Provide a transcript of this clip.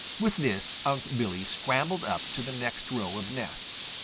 with this, unc' billy scrambled up to the next row of nests.